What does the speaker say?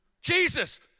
Jesus